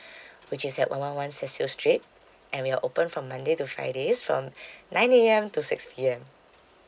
which is at one one one street and we are open from monday to fridays from nine A_M to six P_M